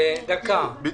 יש